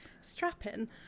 strapping